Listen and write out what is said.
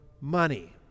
money